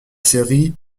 série